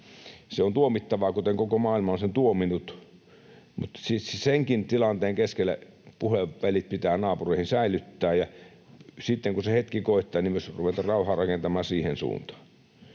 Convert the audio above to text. on tuomittavaa, kuten koko maailma on sen tuominnut, mutta senkin tilanteen keskellä puhevälit pitää naapureihin säilyttää ja sitten kun se hetki koittaa myös ruveta rauhaa rakentamaan siihen suuntaan.